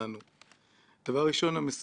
בכוח הבלתי רגיל הזה שיש לבנקים כאן.